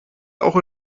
auch